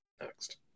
next